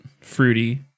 fruity